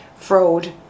fraud